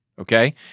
Okay